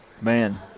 man